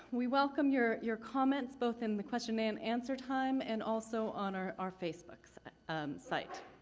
we welcome your your comments, both in the question and answer time and also on our our facebook so site.